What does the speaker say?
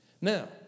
Now